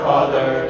Father